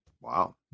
wow